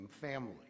family